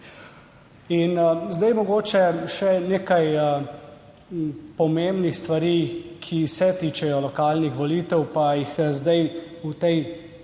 Mogoče še nekaj pomembnih stvari, ki se tičejo lokalnih volitev, pa jih zdaj v tej obravnavi